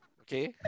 Okay